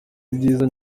ibyiza